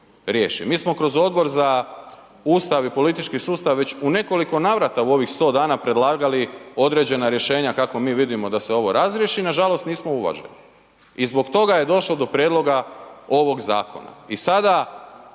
Mi smo kroz Odbor za Ustav i politički sustav već u nekoliko navrata u ovih 100 dana predlagali određena rješenja kako mi vidimo da se ovo razriješi, nažalost nismo uvaženi i zbog toga je došlo do prijedloga ovog zakona i sada